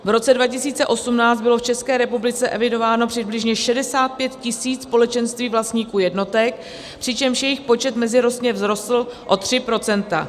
V roce 2018 bylo v České republice evidováno přibližně 65 tisíc společenství vlastníků jednotek, přičemž jejich počet meziročně vzrostl o 3 %.